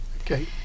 Okay